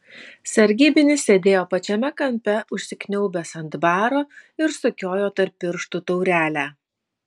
sargybinis sėdėjo pačiame kampe užsikniaubęs ant baro ir sukiojo tarp pirštų taurelę